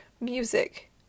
music